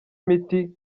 imiti